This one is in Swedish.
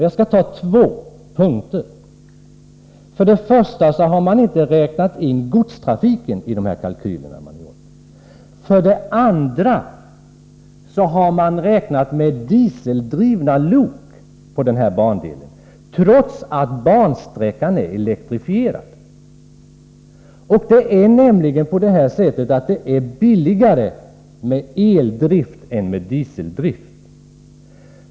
Jag skall ta två exempel. För det första har man i de kalkyler man gjort inte räknat in godstrafiken. För det andra har man räknat med dieseldrivna lok på denna bandel, trots att bansträckan är elektrifierad. Det är nämligen billigare med eldrift än med dieseldrift.